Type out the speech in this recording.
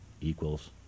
equals